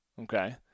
okay